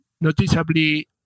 noticeably